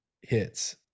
hits